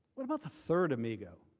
what about the third amigo?